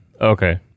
Okay